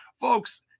folks